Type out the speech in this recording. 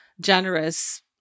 generous